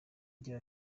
agira